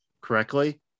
correctly